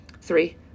Three